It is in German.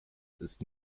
ist